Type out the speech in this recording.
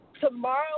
Tomorrow